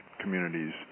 communities